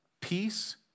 peace